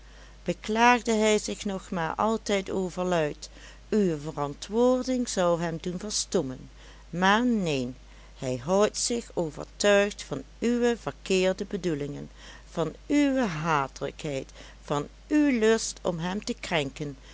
beklaagde hij zich nog maar altijd overluid uwe verantwoording zou hem doen verstommen maar neen hij houdt zich overtuigd van uwe verkeerde bedoelingen van uwe hatelijkheid van uw lust om hem te krenken